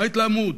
מה ההתלהמות?